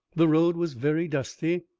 the road was very dusty,